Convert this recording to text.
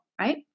right